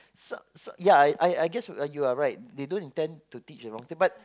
some some ya ya they teach the wrong thing